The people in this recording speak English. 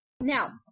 Now